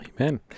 Amen